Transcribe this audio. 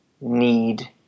need